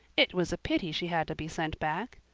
it was a pity she had to be sent back.